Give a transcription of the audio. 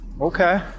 Okay